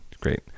great